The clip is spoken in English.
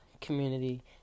community